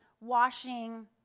washing